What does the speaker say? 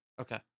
Okay